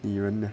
女人呢